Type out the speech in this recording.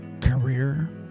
career